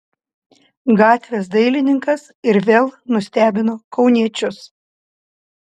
gatvės dailininkas ir vėl nustebino kauniečius